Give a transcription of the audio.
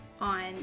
on